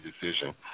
decision